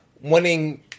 winning